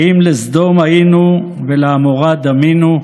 האם לסדום היינו ולעמורה דמינו?